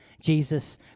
Jesus